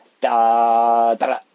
da-da-da